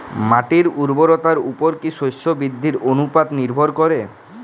মাটির উর্বরতার উপর কী শস্য বৃদ্ধির অনুপাত নির্ভর করে?